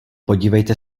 podívejte